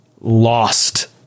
lost